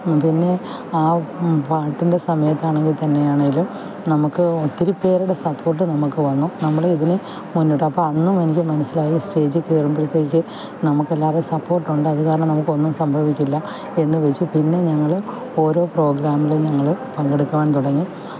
പിന്നെ ആ പാട്ടിന്റെ സമയത്താണെങ്കിൽ തന്നെയാണേലും നമുക്ക് ഒത്തിരി പേരുടെ സപ്പോര്ട്ട് നമുക്ക് വന്നു നമ്മള് ഇതിന് മുന്നോട്ട് അപ്പം അന്നും എനിക്ക് മനസിലായി സ്റ്റേജില് കയറുമ്പത്തേക്ക് നമുക്ക് എല്ലാവരും സപ്പോര്ട്ട് ഉണ്ട് അത്കാരണം നമുക്കൊന്നും സംഭവിക്കില്ല എന്ന് വെച്ച് പിന്നെ ഞങ്ങള് ഓരോ പ്രോഗ്രാമിലും ഞങ്ങള് പങ്കെടുക്കുവാന് തുടങ്ങി